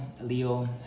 Leo